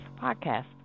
Podcast